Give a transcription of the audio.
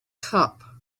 cup